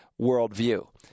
worldview